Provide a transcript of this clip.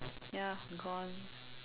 ya gone